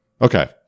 Okay